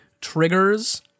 triggers